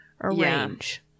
arrange